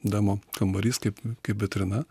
demo kambarys kaip kaip vitrina